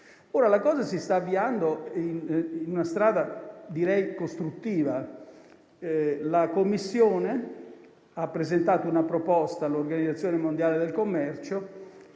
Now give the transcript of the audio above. La questione si sta avviando verso una strada che definirei costruttiva. La Commissione ha presentato una proposta all'Organizzazione mondiale del commercio